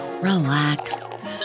relax